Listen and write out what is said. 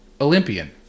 Olympian